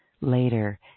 later